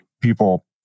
people